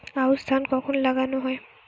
আউশ ধান কখন লাগানো হয়?